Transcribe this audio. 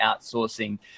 outsourcing